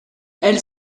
elle